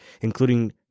including